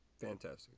Fantastic